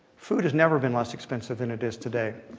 food has never been less expensive than it is today.